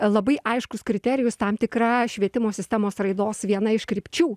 labai aiškus kriterijus tam tikra švietimo sistemos raidos viena iš krypčių